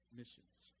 missions